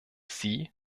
sie